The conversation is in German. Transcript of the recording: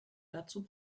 dazu